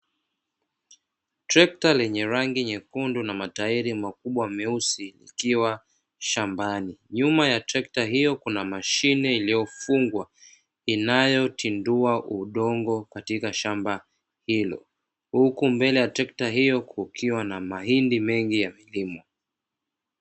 Trekta lenye rangi nyekundu na matairi makubwa meusi ikiwa shambani, nyuma ya trekta hiyo kuna mashine iliyofungwa inayotindua udongo katika shamba hilo, huku mbele ya trekta hiyo kukiwa na mahindi mengi yamelimwa.